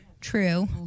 True